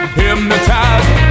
hypnotized